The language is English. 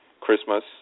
Christmas